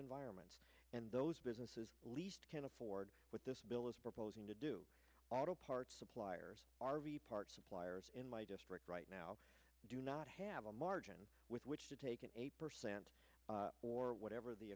environment and those businesses least can afford with this bill is proposing to do auto parts suppliers r v park suppliers in my district right now do not have a margin with which to take an eight percent or whatever the